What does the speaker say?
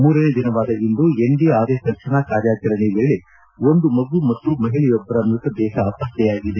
ಮೂರನೇ ದಿನವಾದ ಇಂದು ಎನ್ಡಿಆರ್ಎಫ್ ರಕ್ಷಣಾ ಕಾರ್ಯಾಚರಣೆ ವೇಳೆ ಒಂದು ಮಗು ಮತ್ತು ಮಹಿಳೆಯೊಬ್ಬರ ಮೃತದೇಹ ಪತ್ತೆಯಾಗಿದೆ